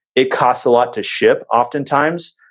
it costs a lot to ship, oftentimes.